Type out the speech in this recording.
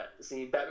see